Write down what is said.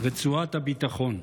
רצועת הביטחון.